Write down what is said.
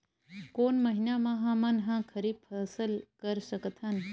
कोन महिना म हमन ह खरीफ फसल कर सकत हन?